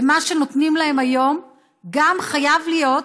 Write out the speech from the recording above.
ומה שנותנים להם היום גם חייב להיות